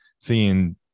seeing